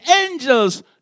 angels